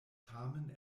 tamen